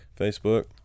Facebook